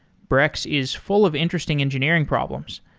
brex is full of interesting engineering problems.